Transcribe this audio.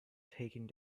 taking